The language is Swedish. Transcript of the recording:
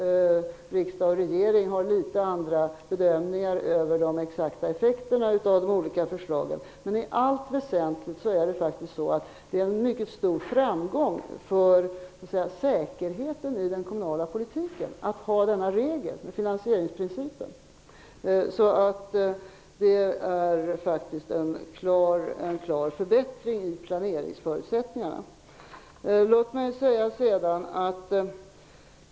Riksdag och regering har litet annorlunda bedömningar om de exakta effekterna av de olika förslagen. Men i allt väsentligt är regeln om finansieringsprincipen en mycket stor framgång för säkerheten i den kommunala politiken. Den innebär faktiskt en klar förbättring för planeringsförutsättningarna.